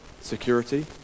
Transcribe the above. Security